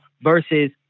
versus